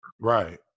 right